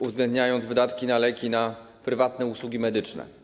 uwzględniając wydatki na leki, na prywatne usługi medyczne.